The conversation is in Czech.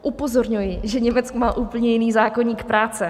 Upozorňuji, že Německo má úplně jiný zákoník práce.